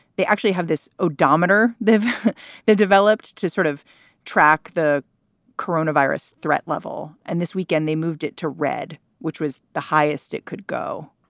they actually have this odometer they've they've developed to sort of track the corona virus threat level. and this weekend, they moved it to red, which was the highest it could go.